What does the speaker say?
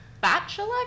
bachelor